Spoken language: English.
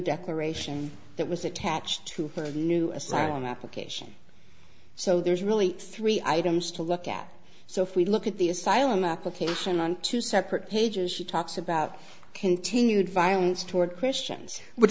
declaration that was attached to her new assignment application so there's really three items to look at so if we look at the asylum application on two separate pages she talks about continued violence toward christian